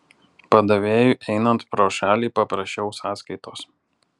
padavėjui einant pro šalį paprašau sąskaitos